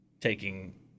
taking